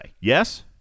Yes